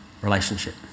Relationship